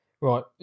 Right